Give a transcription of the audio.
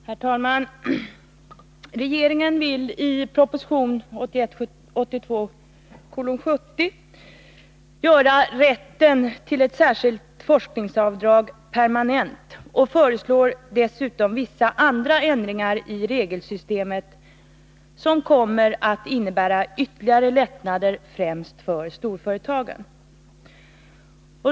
Herr talman! Regeringen vill i proposition 1981/82:70 göra rätten till ett särskilt forskningsavdrag permanent och föreslår dessutom vissa andra ändringar i regelsystemet, som kommer att innebära ytterligare lättnader främst för storföretagen.